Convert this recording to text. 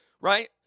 right